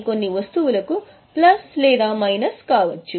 కొన్ని వస్తువులకు ప్లస్ లేదా మైనస్ కావచ్చు